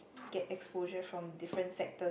get exposure from different sector